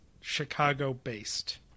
Chicago-based